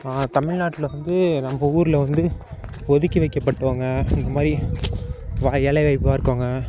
தமிழ்நாட்டில் வந்து நம்ம ஊரில் வந்து ஒதுக்கி வெக்கப்பட்டவங்க இந்த மாதிரி ஏழையாக இருக்கவங்க